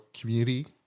community